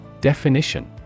Definition